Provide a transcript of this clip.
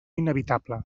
inevitable